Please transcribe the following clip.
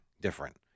different